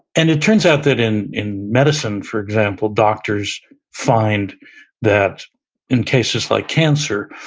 and it turns out that in in medicine, for example, doctors find that in cases like cancer,